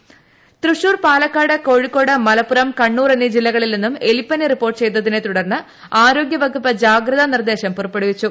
ടടടടടട എലിപ്പനി തൃശൂർ പാലക്കാട് കോഴിക്കോട് മലപ്പുറം കണ്ണൂർ എന്നീ ജില്ലകളിൽ നിന്നും എലിപ്പനി റിപ്പോർട്ട് ചെയ്തതിനെ തുടർന്ന് ആരോഗ്യവകുപ്പ് ജാഗ്രതാ നിർദേശം പുറപ്പെടുവിച്ചു